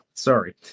sorry